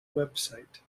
website